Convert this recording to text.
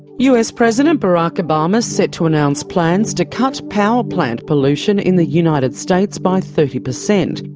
us president barack obama set to announce plans to cut power plant pollution in the united states by thirty percent.